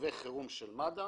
רכבי חירום של מד"א